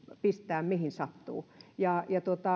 pistää mihin sattuu ja